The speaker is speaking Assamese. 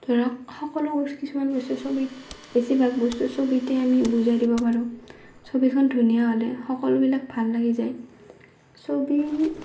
ধৰক সকলো কিছুমান বস্তু ছবিত বেছিভাগ বস্তু ছবিতে আমি বুজাই দিব পাৰোঁ ছবিখন ধুনীয়া হ'লে সকলোবিলাক ভাল লাগি যায় ছবি